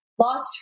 lost